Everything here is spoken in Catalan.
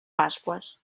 pasqües